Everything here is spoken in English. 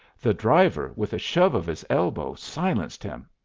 the driver, with a shove of his elbow, silenced him.